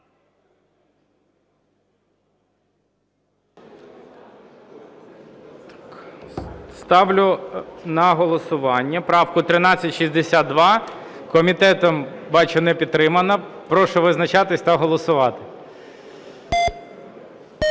Ставлю на голосування правку 1362. Комітетом, бачу, не підтримана. Прошу визначатись та голосувати.